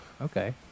okay